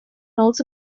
also